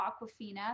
Aquafina